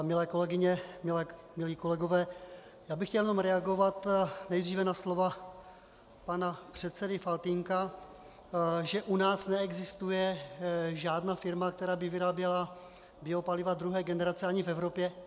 Milé kolegyně, milí kolegové, já bych chtěl jenom reagovat nejdříve na slova pana předsedy Faltýnka, že u nás neexistuje žádná firma, která by vyráběla biopaliva druhé generace, ani v Evropě.